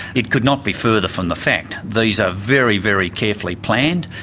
it could not be further from the fact. these are very, very carefully planned,